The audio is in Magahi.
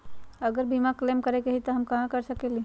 अगर बीमा क्लेम करे के होई त हम कहा कर सकेली?